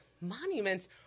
monuments